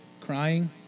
crying